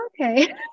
okay